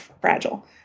fragile